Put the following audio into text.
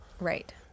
right